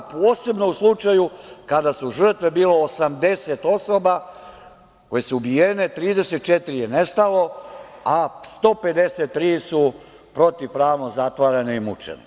Posebno u slučaju kada su žrtve bile 80 osoba koje su ubijene, 34 je nestalo, a 153 su protivpravno zatvarane i mučene.